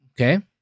Okay